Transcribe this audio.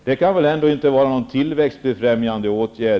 Det där kan väl, finansministern, ändå inte vara någon tillväxtbefrämjande åtgärd.